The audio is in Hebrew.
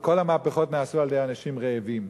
כל המהפכות נעשו על-ידי אנשים רעבים,